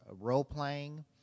role-playing